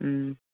ꯎꯝ